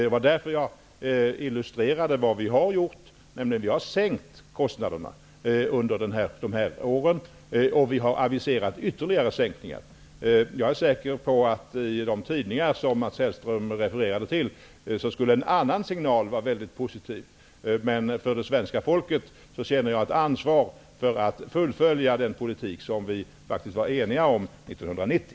Det var därför jag illustrerade vad vi har gjort. Vi har nämligen sänkt kostnaderna under de här åren, och vi har aviserat ytterligare sänkningar. Jag är säker på att en annan signal skulle vara mycket positiv i de tidningar som Mats Hellström refererade till, men jag känner ett ansvar inför det svenska folket för att fullfölja den politik som vi faktiskt var eniga om 1990.